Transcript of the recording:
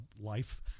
life